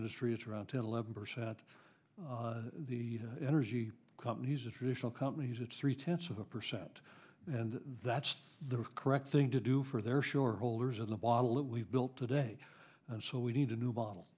industries around ten eleven percent the energy companies the traditional companies it's three tenths of a percent and that's the correct thing to do for their short holders of the bottle that we've built today and so we need a new bottle